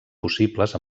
possibles